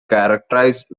characterized